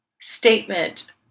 statement